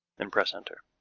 then press enter.